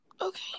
okay